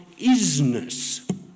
isness